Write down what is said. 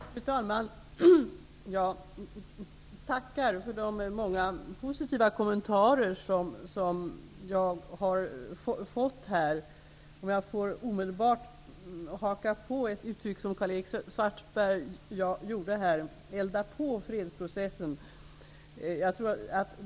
Fru talman! Jag tackar för de många positiva kommentarer som jag har fått. Jag vill omedelbart haka på Karl-Erik Svartbergs uttryck ''elda på'' fredsprocessen.